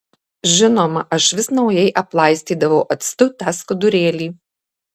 žinoma aš vis naujai aplaistydavau actu tą skudurėlį